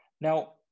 Now